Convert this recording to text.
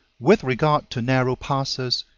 with regard to narrow passes,